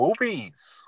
movies